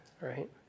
right